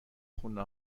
خونه